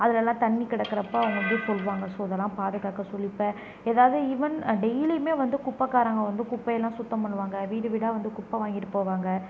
அதுலலாம் தண்ணி கிடக்குறப்போ அவங்க வந்து சொல்லுவாங்க ஸோ இதெல்லாம் பாதுகாக்க சொல்லி இப்போ எதாவது ஈவென் டெய்லியுமே வந்து குப்பைக்காரவங்க வந்து குப்பை எல்லாம் சுத்தம் பண்ணுவாங்க வீடுவீடாக வந்து குப்பை வாங்கிட்டு போவாங்க